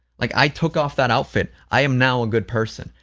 like, i took off that outfit, i am now a good person,